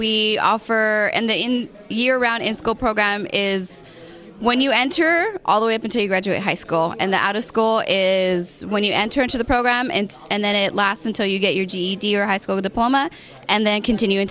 we offer and they in year round in school program is when you enter all the way up until you graduate high school and the out of school is when you enter into the program end and then it lasts until you get your ged or high school diploma and then continu